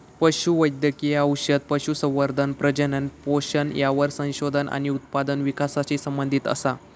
पशु वैद्यकिय औषध, पशुसंवर्धन, प्रजनन, पोषण यावर संशोधन आणि उत्पादन विकासाशी संबंधीत असा